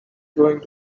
going